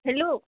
hello